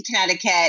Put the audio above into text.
Connecticut